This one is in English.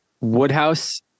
Woodhouse